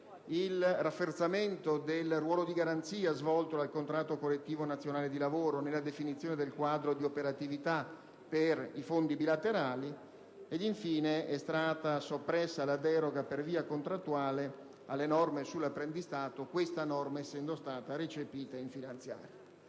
il rafforzamento del ruolo di garanzia svolto dal contratto collettivo nazionale di lavoro nella definizione del quadro di operatività per i fondi bilaterali. Infine, è stata soppressa la deroga per via contrattuale alle norme sull'apprendistato, questa norma essendo stata recepita in finanziaria.